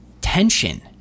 Tension